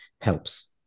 helps